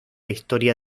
historia